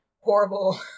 horrible